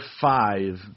Five